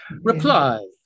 Reply